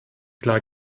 klar